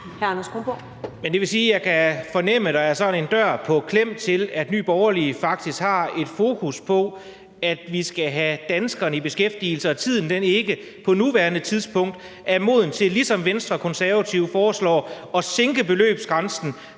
Jeg kan fornemme, at der er en dør på klem, i forhold til at Nye Borgerlige faktisk har et fokus på, at vi skal have danskerne i beskæftigelse, og at tiden ikke på nuværende tidspunkt er moden til, ligesom Venstre og Konservative foreslår, at sænke beløbsgrænsen,